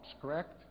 correct